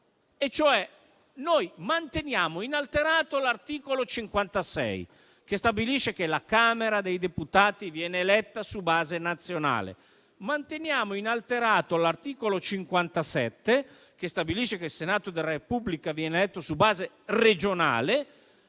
nodo; noi manteniamo inalterati l'articolo 56, che stabilisce che la Camera dei deputati viene eletta su base nazionale, e l'articolo 57, che stabilisce che il Senato della Repubblica viene eletto su base regionale,